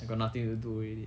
I got nothing to do already